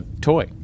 toy